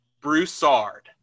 Broussard